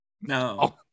No